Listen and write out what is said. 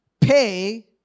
pay